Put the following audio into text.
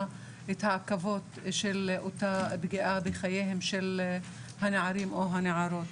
את העקבות של אותה פגיעה בחייהם של הנערים או הנערות.